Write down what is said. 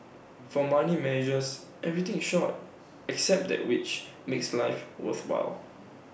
for money measures everything in short except that which makes life worthwhile